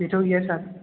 बेथ' गैया सार